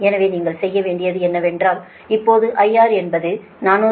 எனவே நீங்கள் செய்ய வேண்டியது என்னவென்றால்இப்போது IR என்பது 477